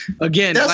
again